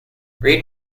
read